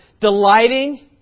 Delighting